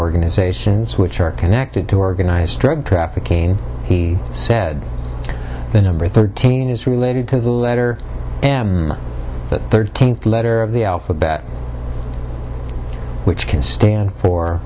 organizations which are connected to organized drug trafficking he said the number thirteen is related to the letter the third letter of the alphabet which can stand for